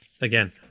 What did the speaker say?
again